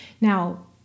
Now